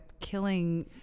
killing